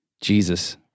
Jesus